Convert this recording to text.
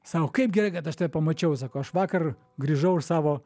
sako kaip gerai kad aš tave pamačiau sako aš vakar grįžau ir savo